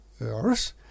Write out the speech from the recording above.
earth